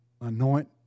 anoint